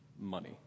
money